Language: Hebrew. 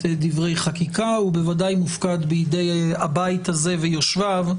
דברי חקיקה ובוודאי מופקד בידי הבית הזה ויושביו,